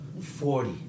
Forty